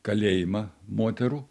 kalėjimą moterų